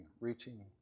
reaching